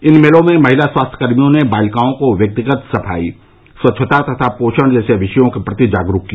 इन मेलों में महिला स्वास्थ्य कर्मियों ने बालिकाओं को व्यक्तिगत सफाई स्वच्छता तथा पोषण जैसे विषयों के प्रति जागरूक किया